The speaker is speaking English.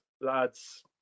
lads